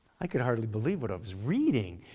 i could hardly believe what i was reading.